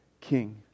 king